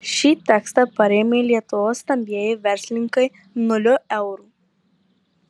šį tekstą parėmė lietuvos stambieji verslininkai nuliu eurų